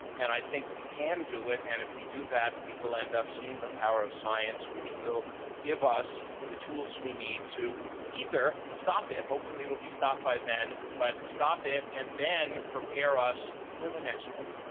and i think we can do it, and if we do that, we will end up seeing the power of science, which will give us the tools we need to either stop it hopefully, it'll be stopped by then but stop it and then prepare us for the next one.